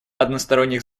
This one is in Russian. односторонних